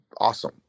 Awesome